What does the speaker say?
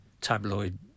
tabloid